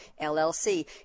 LLC